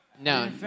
No